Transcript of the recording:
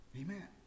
Amen